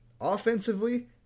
offensively